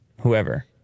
whoever